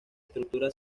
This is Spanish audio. estructura